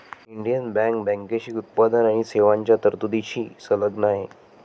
Indian bank बँकेची उत्पादन आणि सेवांच्या तरतुदींशी संलग्न आहे